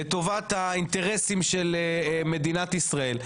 לטובת האינטרסים של מדינת ישראל,